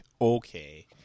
Okay